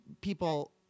people